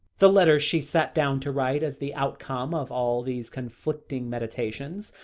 the letter she sat down to write as the outcome of all these conflicting meditations,